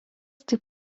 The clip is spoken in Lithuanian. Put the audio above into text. taip